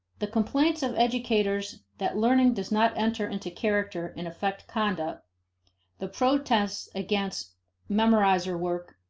the complaints of educators that learning does not enter into character and affect conduct the protests against memoriter work,